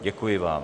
Děkuji vám.